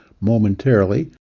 momentarily